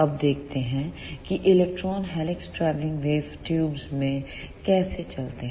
अब देखते हैं कि electron helix travelling wave tubes में कैसे चलते हैं